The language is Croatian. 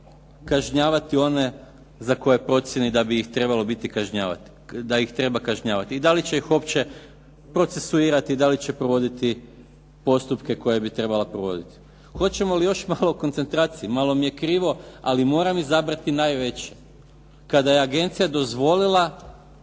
kažnjavati one za koje procjeni da ih treba kažnjavati. I da li će ih uopće procesuirati da li će provoditi postupke koje bi trebala provoditi? Hoćemo li još malo koncentracije, malo mi je krivo ali moram izabrati najveći. Kada je agencija dozvolila